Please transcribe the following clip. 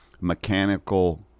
mechanical